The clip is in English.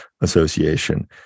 association